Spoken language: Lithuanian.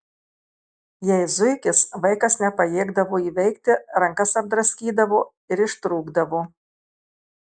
jei zuikis vaikas nepajėgdavo įveikti rankas apdraskydavo ir ištrūkdavo